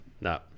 No